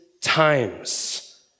times